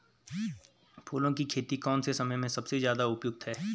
फूलों की खेती कौन से समय में सबसे ज़्यादा उपयुक्त है?